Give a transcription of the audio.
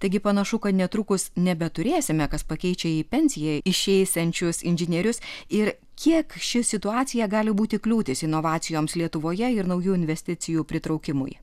taigi panašu kad netrukus nebeturėsime kas pakeičia į pensiją išeisiančius inžinierius ir kiek ši situacija gali būti kliūtis inovacijoms lietuvoje ir naujų investicijų pritraukimui